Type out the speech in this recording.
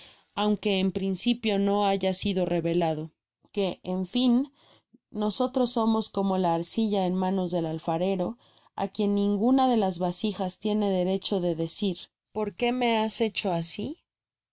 aunque e principio no haya sido revelado que en fin nosotros somos como la arcilla en manos del alfarero á quien ninguna de las vasijas tiene derecho de decir por qué me has hecho asi